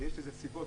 ויש לזה סיבות,